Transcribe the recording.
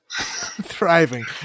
thriving